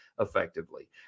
effectively